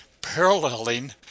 paralleling